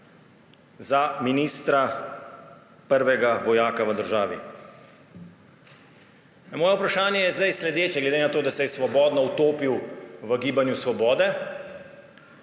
za ministra, prvega vojaka v državi. Moje vprašanje je zdaj sledeče glede na to, da se je svobodno utopil v Gibanju Svobode,